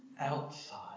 outside